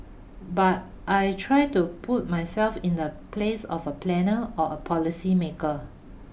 but I try to put myself in the place of a planner or a policy maker